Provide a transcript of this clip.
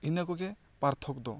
ᱤᱱᱟᱹ ᱠᱚ ᱜᱮ ᱯᱟᱨᱛᱷᱚᱠ ᱫᱚ